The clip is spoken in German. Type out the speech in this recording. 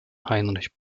heinrich